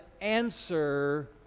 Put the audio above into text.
answer